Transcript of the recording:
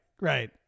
right